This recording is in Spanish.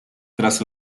tras